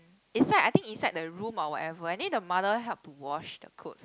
inside I think inside the room or whatever I think the mother help to wash the clothes